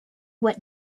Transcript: what